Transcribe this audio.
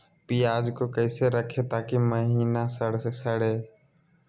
प्याज को कैसे रखे ताकि महिना सड़े?